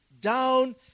down